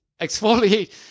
Exfoliate